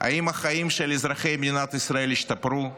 האם החיים של אזרחי מדינת ישראל השתפרו?